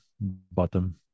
bottom